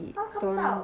他都看不到